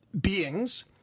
beings